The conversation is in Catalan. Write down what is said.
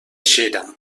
xera